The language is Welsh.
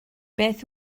beth